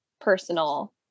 personal